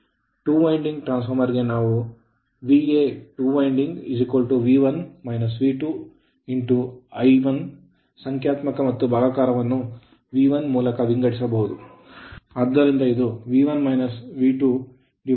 two winding transformer ಗೆ ನಾವು TW I1 ಸಂಖ್ಯಾತ್ಮಕ ಮತ್ತು ಭಾಗಾಕಾರವನ್ನು V1 ಮೂಲಕ ವಿಂಗಡಿಸಬಹುದು